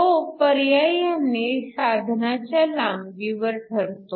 तो पर्यायाने साधनांच्या लांबीवर ठरतो